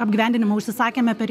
apgyvendinimą užsisakėme per